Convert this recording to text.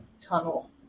tunnel